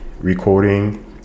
recording